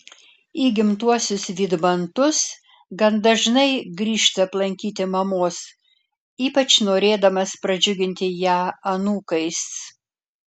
į gimtuosius vydmantus gan dažnai grįžta aplankyti mamos ypač norėdamas pradžiuginti ją anūkais